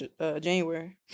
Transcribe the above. January